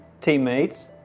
teammates